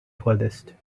furthest